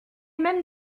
même